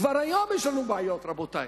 וכבר היום יש לנו בעיות, רבותי.